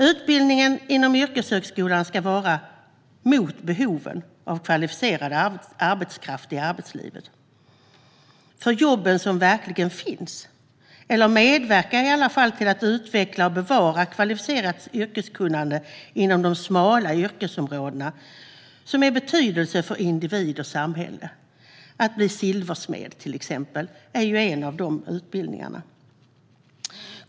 Utbildningen inom yrkeshögskolan ska svara mot behoven av kvalificerad arbetskraft i arbetslivet, för de jobb som verkligen finns, eller i alla fall medverka till att utveckla eller bevara kvalificerat yrkeskunnande inom smala yrkesområden som är betydelsefulla för individen och samhället. Att bli till exempel silversmed är en av dessa utbildningar.